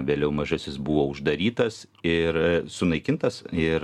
vėliau mažasis buvo uždarytas ir sunaikintas ir